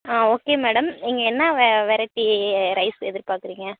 ஆ okay madam நீங்கள் என்ன வெ வெரைட்டி ரைஸ் எதிர் பார்க்குறீங்க